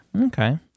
Okay